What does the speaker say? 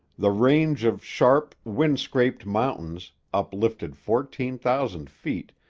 the range of sharp, wind-scraped mountains, uplifted fourteen thousand feet,